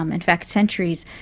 um in fact, centuries,